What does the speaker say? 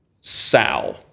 Sal